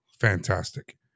fantastic